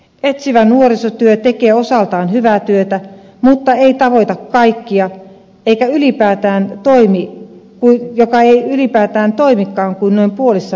etsivä nuorisotyö tekee osaltaan hyvää työtä mutta ei tavoita kaikkia eikä ylipäätään toimi on joka ei ylipäätään toimikaan kuin noin puolessa maamme kunnista